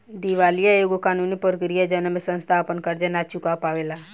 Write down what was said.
दिवालीया एगो कानूनी प्रक्रिया ह जवना में संस्था आपन कर्जा ना चूका पावेला